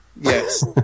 Yes